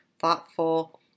Thoughtful